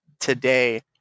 today